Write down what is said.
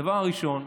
הדבר הראשון: